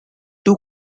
two